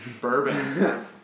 Bourbon